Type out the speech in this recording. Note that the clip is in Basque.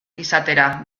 izatera